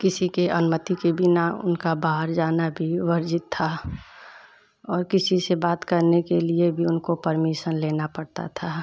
किसी के अनुमति के बिना उनका बाहर जाना भी वर्जित था और किसी से बात करने के लिए भी उनको परमीसन लेना पड़ता था